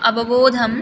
अवबोधं